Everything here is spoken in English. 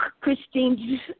Christine